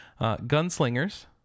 Gunslingers